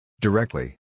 Directly